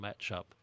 matchup